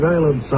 Island